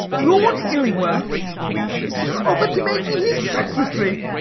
lord illingworth has just offered to make me his secretary.